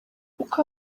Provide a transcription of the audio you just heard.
uko